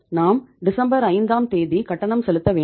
நாம் டிசம்பர் 5 ஆம் தேதி கட்டணம் செலுத்த வேண்டும்